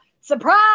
surprise